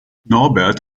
norbert